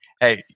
Hey